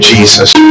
Jesus